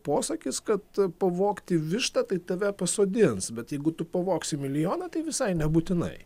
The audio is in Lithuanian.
posakis kad pavogti vištą tai tave pasodins bet jeigu tu pavogsi milijoną tai visai nebūtinai